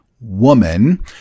woman